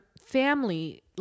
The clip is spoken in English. family